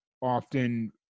often